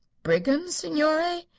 brigands, signore?